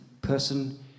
person